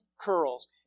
curls